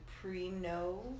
pre-know